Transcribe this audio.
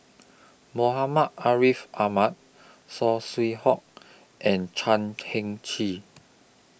Muhammad Ariff Ahmad Saw Swee Hock and Chan Heng Chee